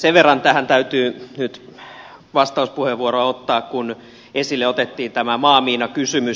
sen verran tähän täytyy nyt vastauspuheenvuoroa ottaa kun esille otettiin tämä maamiinakysymys